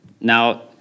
Now